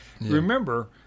Remember